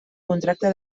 contracte